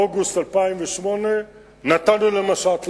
באוגוסט 2008 נתנו למשט לעבור.